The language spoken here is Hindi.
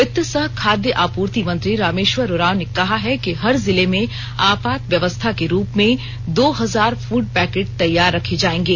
वित्त सह खाद्य आपूर्ति मंत्री रामेश्वर उरांव ने कहा है कि हर जिले में आपात व्यवस्था के रूप में दो हजार फूड पैकेट तैयार रखे जाएंगे